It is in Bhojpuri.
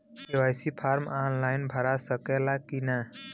के.वाइ.सी फार्म आन लाइन भरा सकला की ना?